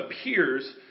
appears